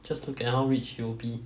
just look at how rich he will be